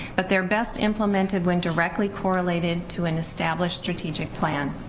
but they're best implemented when directly correlated to an established strategic plan,